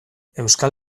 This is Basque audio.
euskal